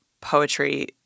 poetry